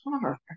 car